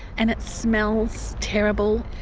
and it smells terrible,